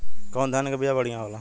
कौन धान के बिया बढ़ियां होला?